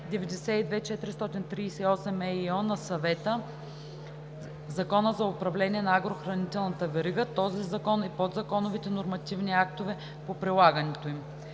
(ЕС) 2017/625, Закона за управление на агрохранителната верига, този закон и подзаконовите нормативни актове по прилагането им.“